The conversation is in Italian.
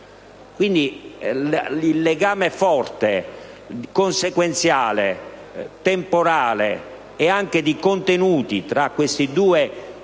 Quindi, il legame forte, consequenziale, temporale e anche di contenuti tra i due documenti